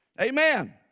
Amen